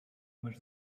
much